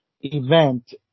event